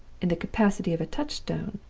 in the capacity of a touchstone,